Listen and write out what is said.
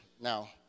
now